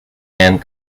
and